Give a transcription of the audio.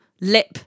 lip